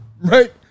Right